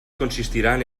consistiran